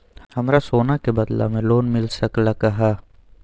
हमरा सोना के बदला में लोन मिल सकलक ह?